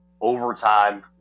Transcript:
overtime